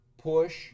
push